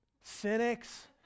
Cynics